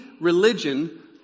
religion